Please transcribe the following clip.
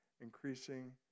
increasing